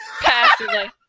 Passively